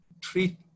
treat